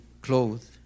clothed